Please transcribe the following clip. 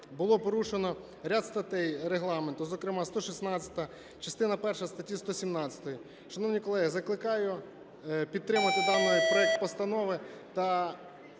було порушено ряд статей Регламенту, зокрема, 116-а, частина перша статті 117-ї. Шановні колеги, закликаю підтримати даний проект постанови.